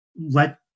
let